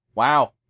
Wow